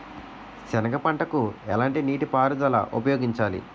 సెనగ పంటకు ఎలాంటి నీటిపారుదల ఉపయోగించాలి?